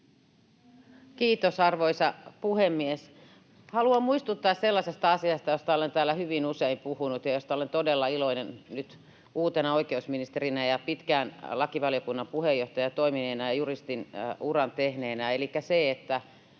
Kiitos, arvoisa puhemies! Haluan muistuttaa sellaisesta asiasta, josta olen täällä hyvin usein puhunut ja josta olen todella iloinen nyt uutena oikeusministerinä ja pitkään lakivaliokunnan puheenjohtajana toimineena ja juristin uran tehneenä.